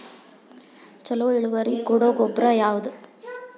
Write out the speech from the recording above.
ಛಲೋ ಇಳುವರಿ ಕೊಡೊ ಗೊಬ್ಬರ ಯಾವ್ದ್?